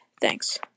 thanks